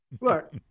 Look